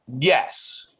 Yes